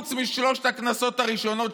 חוץ משלוש הכנסות הראשונות,